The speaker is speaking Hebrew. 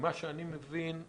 ממה שאני מבין,